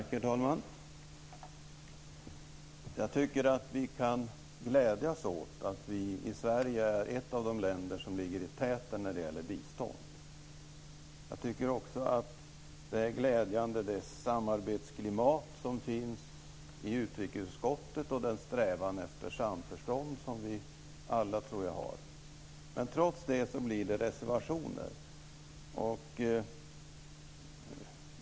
Herr talman! Jag tycker att vi kan glädjas åt att Sverige är ett av de länder som ligger i täten när det gäller bistånd. Jag tycker också att det är glädjande med det samarbetsklimat som finns i utrikesutskottet och den strävan efter samförstånd som vi alla, tror jag, har. Trots det blir det reservationer.